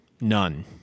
None